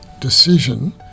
decision